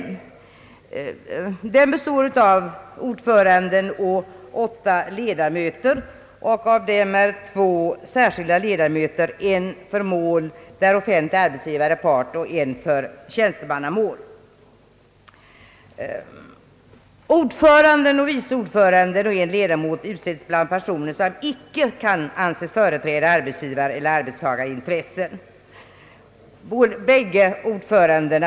Arbetsdomstolen består av ordförande och åtta ledamöter, av vilka två är särskilda ledamöter, en för mål där offentlig arbetsgivare är part och en för tjänstemannamål. Ordföranden och vice ordföranden utses bland personer som icke kan anses företräda arbetsgivareller arbetstagarintressen.